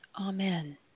Amen